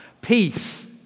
peace